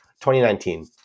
2019